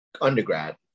undergrad